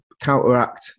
counteract